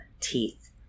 teeth